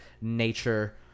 nature